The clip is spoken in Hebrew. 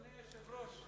אדוני היושב-ראש,